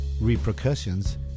repercussions